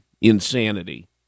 insanity